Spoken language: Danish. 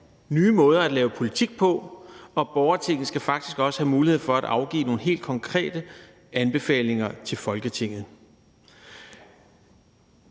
nye måder at lave politik på, og borgertinget skal også have mulighed for at afgive nogle helt konkrete anbefalinger til Folketinget.